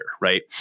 Right